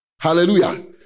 Hallelujah